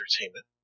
entertainment